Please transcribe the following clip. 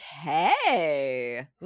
okay